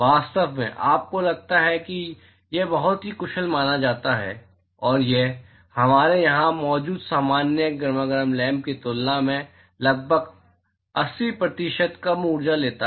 वास्तव में आपको लगता है कि यह बहुत ही कुशल माना जाता है और यह हमारे यहां मौजूद सामान्य गरमागरम लैंप की तुलना में लगभग 80 कम ऊर्जा लेता है